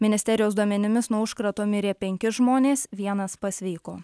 ministerijos duomenimis nuo užkrato mirė penki žmonės vienas pasveiko